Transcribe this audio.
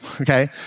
Okay